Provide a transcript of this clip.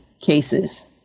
cases